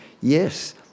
yes